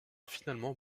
finalement